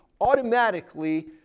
automatically